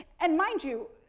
and mind you,